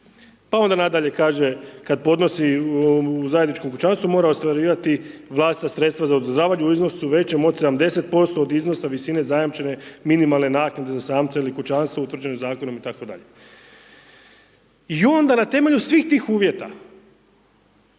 Pa onda nadalje kaže kad podnosi u zajedničkom kućanstvu mora ostvarivati vlastita sredstva za uzdržavanje u iznosu većem od 70% od iznosa visine zajamčene minimalne naknade za samce ili kućanstvo utvrđene zakonom itd. I onda na temelju svih tih uvjeta,